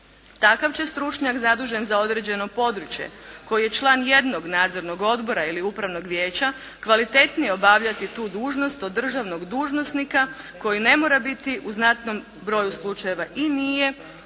Takav će stručnjak zadužen za određeno područje koji je član jednog nadzornog odbora ili upravnog vijeća, kvalitetnije obavljati tu dužnost od državnog dužnosnika koji ne mora biti u znatnom broju slučajeva i nije